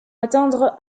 atteindre